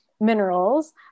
minerals